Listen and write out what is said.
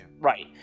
Right